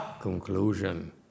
conclusion